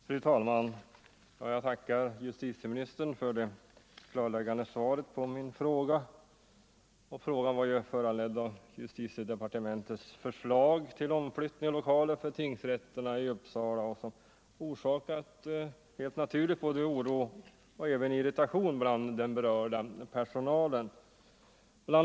Ang. flyttningen av Fru talman! Jag tackar justitieministern för det klarläggande svaret = vissa målenheter vid på min fråga. Uppsala läns norra Frågan var föranledd av justitiedepartementets förslag till omflyttning — tingsrätt för tingsrätterna i Uppsala, som helt naturligt orsakat både oro och irritation bland den berörda personalen. Bl.